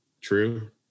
True